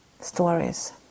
stories